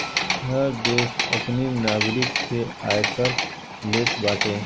हर देस अपनी नागरिक से आयकर लेत बाटे